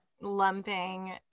lumping